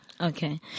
Okay